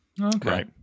okay